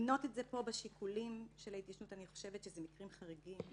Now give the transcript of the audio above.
למנות את זה פה בשיקולים של ההתיישנות זה מקרים חריגים.